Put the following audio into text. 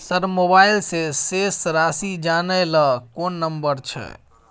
Sir mobile से शेस राशि जानय ल कोन नंबर छै?